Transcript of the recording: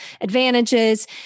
advantages